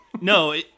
No